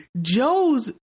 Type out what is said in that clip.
Joe's